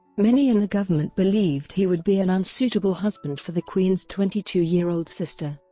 many in the government believed he would be an unsuitable husband for the queen's twenty two year old sister,